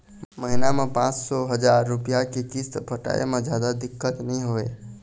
महिना म पाँच सौ, हजार रूपिया के किस्त पटाए म जादा दिक्कत नइ होवय